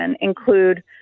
include